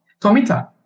Tomita